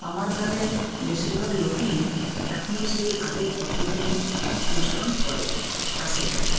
আমার গ্রামের বেশীরভাগ লোকই এখনও সেই আগের পদ্ধতিই অনুসরণ করে চাষের কাজে